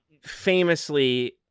famously